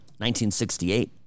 1968